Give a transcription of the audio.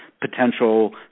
potential